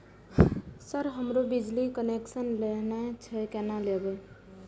Sir हमरो बिजली connection लेना छे केना लेबे?